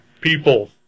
people